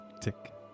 Tick